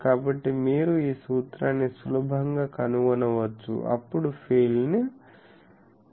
కాబట్టి మీరు ఈ సూత్రాన్ని సులభంగా కనుగొనవచ్చు అప్పుడు ఫీల్డ్ను కనుగొనవచ్చు